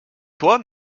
toi